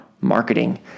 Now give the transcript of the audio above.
marketing